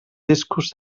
discos